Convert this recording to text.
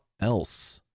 else